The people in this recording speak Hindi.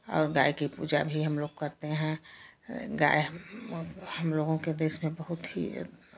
और गाय की पूजा भी हमलोग करते हैं गाय हमलोगों के देश में बहुत ही